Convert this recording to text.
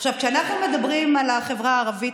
כשאנחנו מדברים על החברה הערבית,